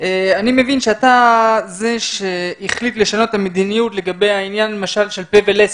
מבין שאתה זה שהחליט לשנות את המדיניות לגבי העניין למשל של פה ולסת.